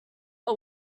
are